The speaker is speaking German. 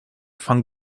van